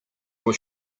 your